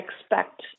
expect